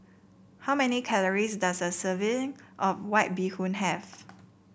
how many calories does a serving of White Bee Hoon have